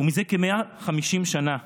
וזה כ-150 שנה,